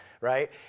right